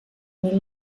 mil